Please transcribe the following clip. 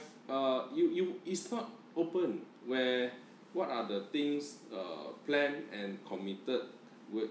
uh you you it's not open where what are the things uh planned and committed would